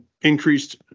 increased